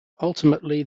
ultimately